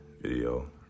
video